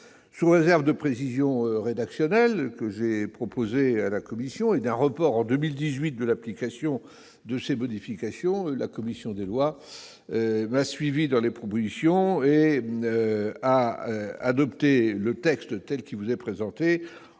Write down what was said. Sous réserve de précisions rédactionnelles et d'un report à 2018 de l'application de ces modifications, la commission des lois a suivi mes propositions et adopté le texte tel qu'il vous est présenté,